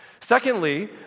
Secondly